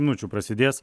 minučių prasidės